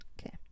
Okay